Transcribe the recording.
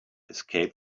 escape